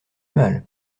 mal